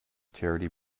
charity